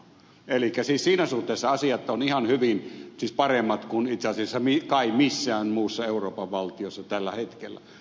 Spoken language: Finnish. elikkä siis siinä suhteessa asiat ovat ihan hyvin siis paremmin kuin itse asiassa kai missään muussa euroopan valtiossa tällä hetkellä